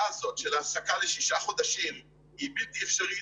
הזאת של העסקה לשישה חודשים היא בלתי אפשרית,